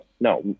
No